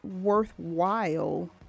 worthwhile